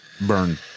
Burn